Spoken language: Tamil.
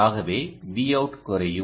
ஆகவே Vout குறையும்